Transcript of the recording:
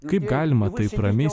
kaip galima taip ramiai